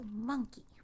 monkey